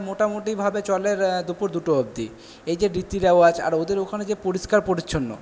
মোটামুটিভাবে চলে দুপুর দুটো অবদি এই যে রীতি রেওয়াজ আর ওদের ওখানে যে পরিষ্কার পরিচ্ছন্ন